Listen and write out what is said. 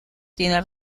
tiene